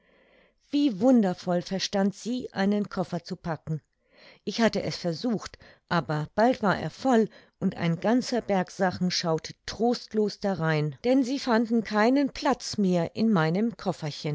wie wundervoll verstand sie einen koffer zu packen ich hatte es versucht aber bald war er voll und ein ganzer berg sachen schaute trostlos darein denn sie fanden keinen platz mehr in meinem